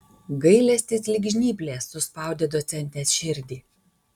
gailestis lyg žnyplės suspaudė docentės širdį